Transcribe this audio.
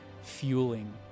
fueling